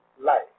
life